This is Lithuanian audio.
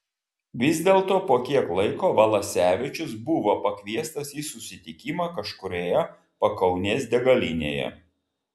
vis dėlto po kiek laiko valasevičius buvo pakviestas į susitikimą kažkurioje pakaunės degalinėje